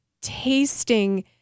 tasting